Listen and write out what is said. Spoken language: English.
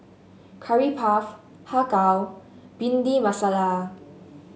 Curry Puff Har Kow Bhindi Masala